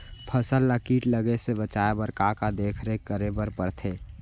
फसल ला किट लगे से बचाए बर, का का देखरेख करे बर परथे?